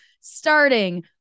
starting